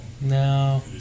no